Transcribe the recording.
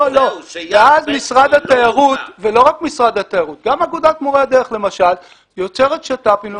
לא רק משרד התיירות גם אגודת מורי הדרך למשל יוצרת שת"פים.